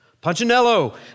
Punchinello